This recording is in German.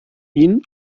ihn